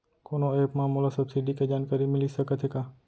कोनो एप मा मोला सब्सिडी के जानकारी मिलिस सकत हे का?